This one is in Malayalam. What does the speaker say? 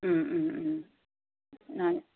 മ്മ് മ്മ് മ്മ്